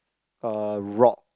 a rock